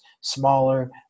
smaller